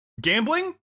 gambling